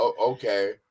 okay